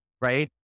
right